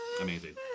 Amazing